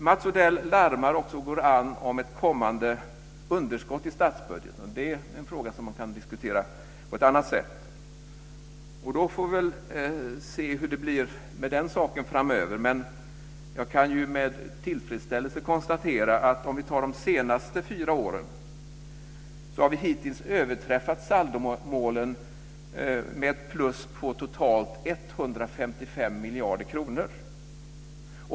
Mats Odell larmar också och går an om ett kommande underskott i statsbudgeten. Det är en fråga som kan diskuteras på ett annat sätt. Vi får väl se hur det blir med den saken framöver. Men jag kan med tillfredsställelse konstatera att sett till de fyra senaste åren har vi hittills överträffat saldomålen med ett plus på totalt 155 miljarder kronor.